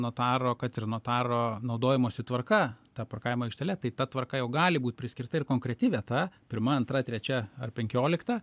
notaro kad ir notaro naudojimosi tvarka ta parkavimo aikštele tai ta tvarka jau gali būt priskirta ir konkreti vieta pirma antra trečia ar penkiolikta